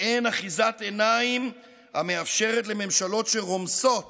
מעין אחיזת עיניים המאפשרת לממשלות שרומסות